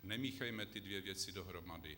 Nemíchejme ty dvě věci dohromady.